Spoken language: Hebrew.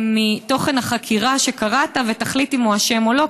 מתוכן החקירה שקראת ותחליט אם הוא אשם או לא,